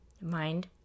mind